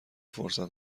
فرصتها